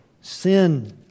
sin